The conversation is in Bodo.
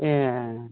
ए